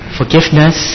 forgiveness